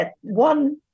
one